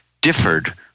differed